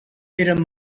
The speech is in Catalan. eren